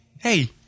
Hey